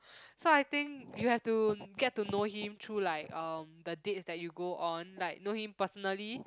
so I think you have to get to know him through like um the dates that you go on like know him personally